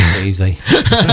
easy